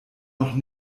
noch